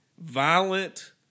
violent